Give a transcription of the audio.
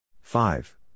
Five